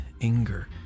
anger